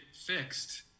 fixed